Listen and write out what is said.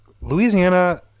Louisiana